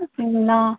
ஓகேங்களா